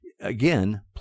again